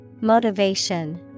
Motivation